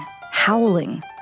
howling